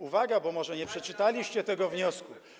Uwaga, bo może nie przeczytaliście tego wniosku.